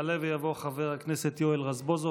יעלה ויבוא חבר הכנסת יואל רזבוזוב,